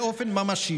באופן ממשי,